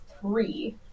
three